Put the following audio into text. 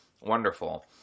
wonderful